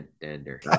dander